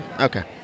Okay